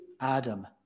Adam